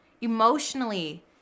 emotionally